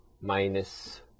minus